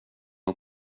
och